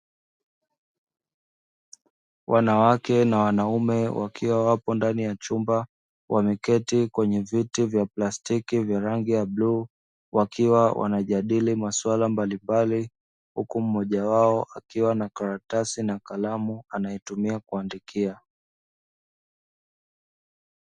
Wanawake na wanaume wakiwa wapo ndani ya chumba wameketi kwenye viti vya plastiki vya rangi ya bluu wakiwa wanajadili masuala mbalimbali, huku mmoja wao akiwa na karatasi na kalamu anayetumia kuandikia.